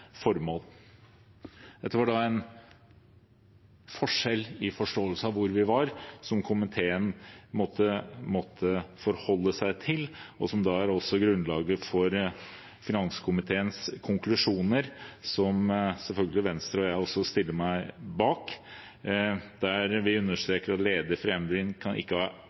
formål. Dette var en forskjell i forståelse av hvor vi var, som komiteen måtte forholde seg til, og som også er grunnlaget for finanskomiteens konklusjoner – som selvfølgelig Venstre og jeg stiller oss bak. Vi understreker at lederen for NBIM ikke kan ha